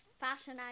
fashion